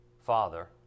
father